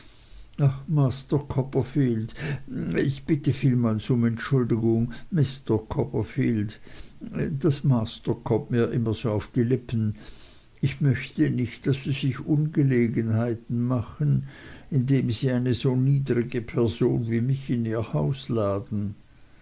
ach master copperfield ich bitte vielmals um entschuldigung mister copperfield das master kommt mir immer so auf die lippen ich möchte nicht daß sie sich ungelegenheiten machen indem sie eine so niedrige person wie mich in ihr haus laden